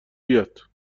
بیاد